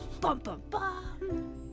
Bum-bum-bum